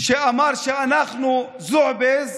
שאמר שאנחנו זועביז,